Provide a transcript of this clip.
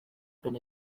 been